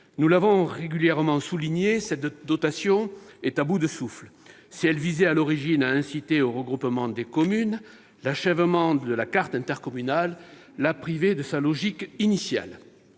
Nous l'avons régulièrement souligné, cette dotation est à bout de souffle. Si elle visait, à l'origine, à inciter au regroupement des communes, l'achèvement de la carte intercommunale l'a privée de sa logique initiale.